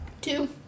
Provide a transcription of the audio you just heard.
Two